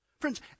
Friends